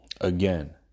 Again